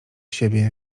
siebie